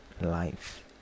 life